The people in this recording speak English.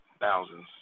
thousands